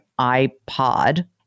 iPod